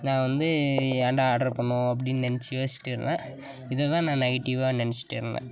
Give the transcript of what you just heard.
நான் வந்து ஏன்டா ஆர்ட்ரு பண்ணிணோம் அப்டின்னு நெனைச்சி யோஸ்ச்சுட்டு இருந்தேன் இதை தான் நான் நெகட்டிவாக நெனைச்சிட்டுருந்தேன்